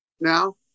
now